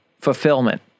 fulfillment